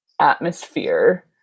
atmosphere